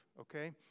okay